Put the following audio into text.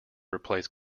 replace